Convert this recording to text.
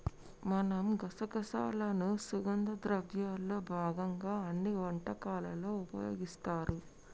మనం గసగసాలను సుగంధ ద్రవ్యాల్లో భాగంగా అన్ని వంటకాలలో ఉపయోగిస్తారు